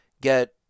get